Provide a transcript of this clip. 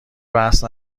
بحث